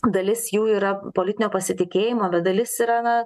dalis jų yra politinio pasitikėjimo bet dalis yra na